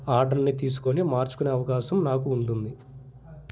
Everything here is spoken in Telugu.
ఆర్డర్ని తీసుకొని మార్చుకునే అవకాశం నాకు ఉంటుంది